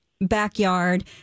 backyard